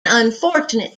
unfortunate